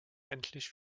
endlich